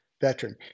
veteran